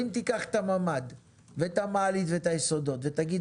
אם תיקח את הממ"ד ואת המעלית ואת היסודות ותגיד: